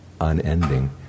unending